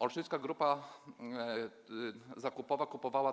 Olsztyńska grupa zakupowa kupowała